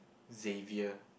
Xavier